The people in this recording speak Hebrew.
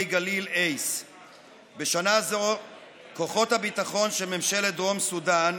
גליל ACE. בשנה זו כוחות הביטחון ממשלת דרום סודן,